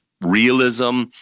realism